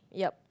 yup